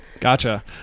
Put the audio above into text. Gotcha